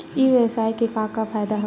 ई व्यवसाय के का का फ़ायदा हवय?